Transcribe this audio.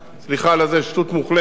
סליחה, שטות מוחלטת,